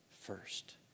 first